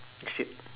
that's it